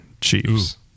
Chiefs